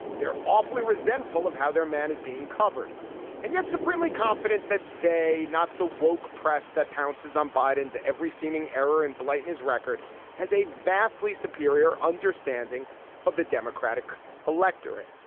they're awfully resentful of how their man is being covered and yet supremely confident that they are not the wolk press that pounces on biden's every seeming error and blight in his record has a vastly superior understanding of the democratic electorate.